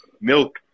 milk